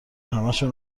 همشو